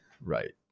right